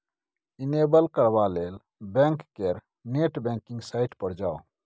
enable करबा लेल bank केर नेट बैंकिंग साइट पर जाउ